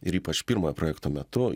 ir ypač pirmojo projekto metu